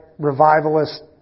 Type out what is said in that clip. Revivalist